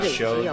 show